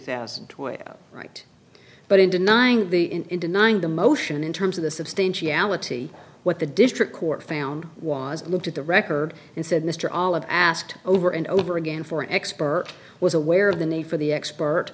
thousand to a right but in denying the denying the motion in terms of the substantiality what the district court found was looked at the record and said mr all of asked over and over again for expert was aware of the need for the expert